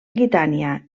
aquitània